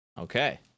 okay